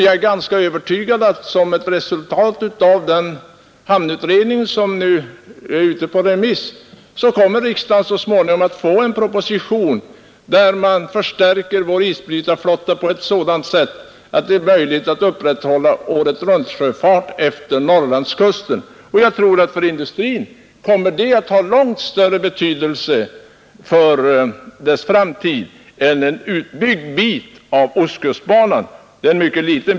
Jag är övertygad om att riksdagen som ett resultat av den hamnutredning som nu är ute på remiss kommer att få en proposition om en förstärkning av vår isbrytarflotta på ett sådant sätt att det blir möjligt att upprätthålla året-runt-sjöfart utefter Norrlandskusten. Jag tror att detta kommer att få långt större betydelse för industrins framtid än en utbyggd bit av ostkustbanan skulle få.